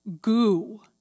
goo